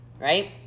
right